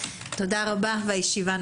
תודה רבה, הישיבה נעולה.